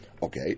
Okay